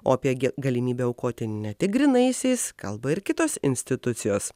o apie galimybę aukoti ne tik grynaisiais kalba ir kitos institucijos